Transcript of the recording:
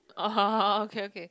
oh okay okay